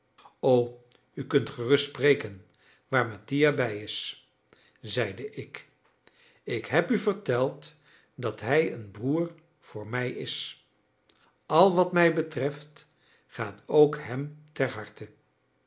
o u kunt gerust spreken waar mattia bij is zeide ik ik heb u verteld dat hij een broer voor mij is al wat mij betreft gaat ook hem ter harte